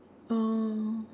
oh